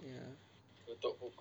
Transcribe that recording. ya